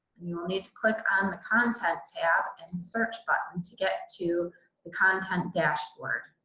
and you will need to click on the content tab and and search button to get to the content dashboard.